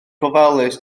gofalus